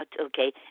Okay